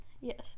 Yes